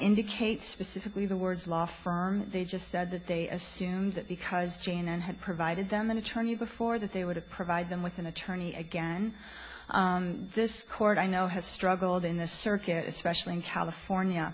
indicate specifically the words law firm they just said that they assumed that because jane had provided them an attorney before that they would have provided them with an attorney again this court i know has struggled in this circuit especially in california